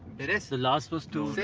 it is. the last was two.